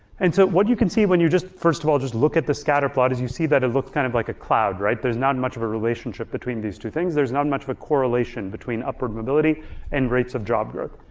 and so what you can see when you just, first of all, just look at the scatter plot as you see that it looks kind of like a cloud, right? there's not much of a relationship between these two things, there's not much of a correlation between upward mobility and rates of job growth.